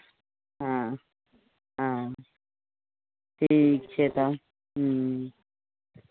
हँ हँ ठीक छै तब ह्म्म